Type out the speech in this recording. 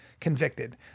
convicted